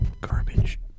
garbage